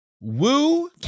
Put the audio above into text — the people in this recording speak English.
woo